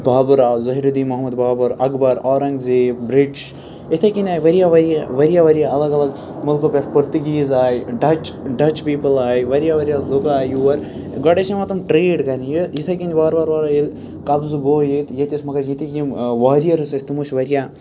بابر آو زہیٖرالدیٖن محمد بابر اَکبر آر اورنٛگزیب بِرٛٹش اِتھَے کنۍ آے واریاہ واریاہ واریاہ واریاہ الَگ الگ مُلکو پٮ۪ٹھ پٔرتگیٖز آے ڈچ ڈچ پیٖپٕل آے واریاہ واریاہ لُکھ آے یور گۄڈٕ ٲسۍ یِوان تِم ٹرٛیڈ کَرنہٕ یہِ یِتھَے کٔنۍ وارٕ وارٕ وار وارٕ ییٚلہِ قبضہٕ گوٚو ییٚتہِ ییٚتہِ ٲسۍ مگر ییٚتِکۍ یِم واریاہ ٲس ٲسۍ تِم ٲسۍ واریاہ